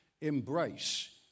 embrace